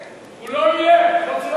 הוא לא יהיה, לא צריך